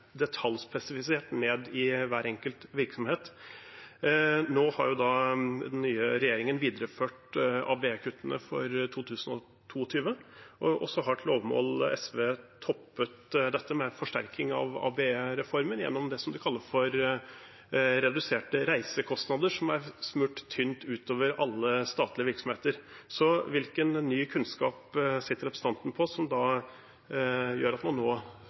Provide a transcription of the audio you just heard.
detaljspesifisert ned i hver enkelt virksomhet. Den nye regjeringen har videreført ABE-kuttene for 2022, og SV har til overmål toppet dette med en forsterkning av ABE-reformen gjennom det de kaller for reduserte reisekostnader, som er smurt tynt utover alle statlige virksomheter. Hvilken ny kunnskap sitter representanten på som gjør at man nå